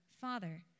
Father